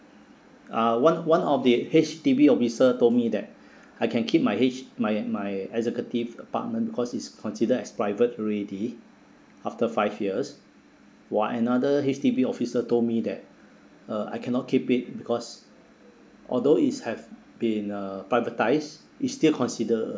uh one one of the H_D_B officer told me that I can keep my h my my executive apartment because it's considered as private already after five years while another H_D_B officer told me that uh I cannot keep it because although its have been uh privatized it's still consider a